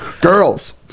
Girls